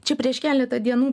čia prieš keletą dienų